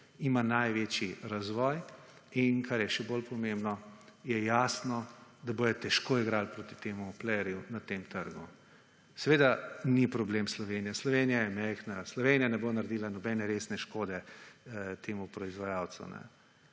ima največji razvoj in kar je še bolj pomembno je jasno, da bodo težko igrali proti temu playerju na tem trgu. Seveda ni problem Slovenija, Slovenija je majhna, Slovenija ne bo naredila nobene resne škode temu proizvajalcu.